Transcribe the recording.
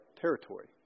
territory